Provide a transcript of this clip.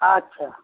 আচ্ছা